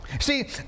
See